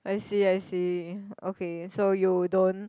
I see I see okay so you don't